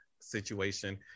situation